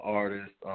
artist